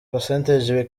bikajya